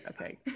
okay